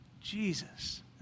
Jesus